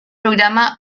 programa